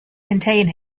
contain